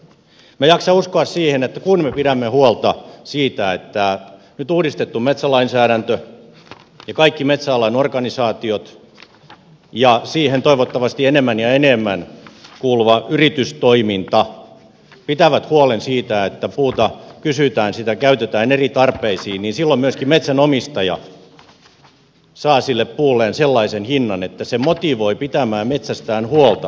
minä jaksan uskoa siihen että kun me pidämme huolta siitä että nyt uudistettu metsälainsäädäntö ja kaikki metsäalan organisaatiot ja siihen toivottavasti enemmän ja enemmän kuuluva yritystoiminta pitävät huolen siitä että puuta kysytään sitä käytetään eri tarpeisiin niin silloin myöskin metsänomistaja saa sille puulleen sellaisen hinnan että se motivoi pitämään metsästään huolta